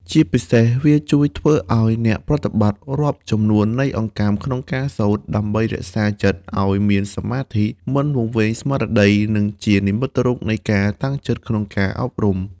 ជាពិសេស វាជួយធ្វើអោយអ្នកប្រតិបត្តិ រាប់ចំនួននៃអង្កាំក្នុងការសូត្រ ដើម្បីរក្សាចិត្តឱ្យមានសមាធិ មិនវង្វេងស្មារតី និងជានិមិត្តរូបនៃការតាំងចិត្តក្នុងការអប់រំចិត្ត។